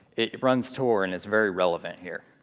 it runs tor and is very relevant here.